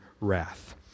wrath